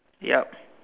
ya